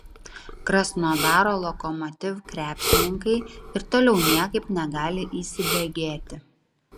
krasnodaro lokomotiv krepšininkai ir toliau niekaip negali įsibėgėti